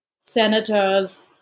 senators